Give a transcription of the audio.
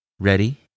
Ready